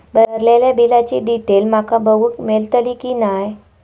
भरलेल्या बिलाची डिटेल माका बघूक मेलटली की नाय?